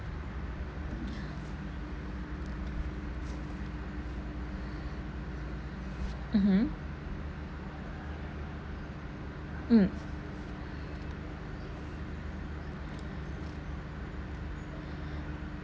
mmhmm mm